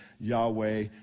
Yahweh